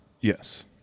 Yes